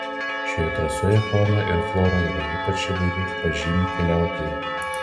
šioje trasoje fauna ir flora yra ypač įvairi pažymi keliautojai